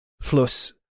Plus